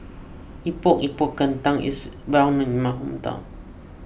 Epok Epok Kentang is well known in my hometown